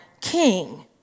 king